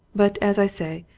but, as i say,